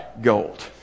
gold